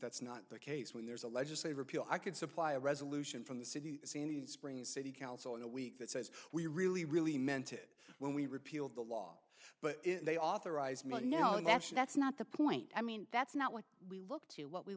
that's not the case when there's a legislative repeal i could supply a resolution from the city sandy springs city council in a week that says we really really meant it when we repealed the law but they authorized not knowing that's that's not the point i mean that's not what we look to what we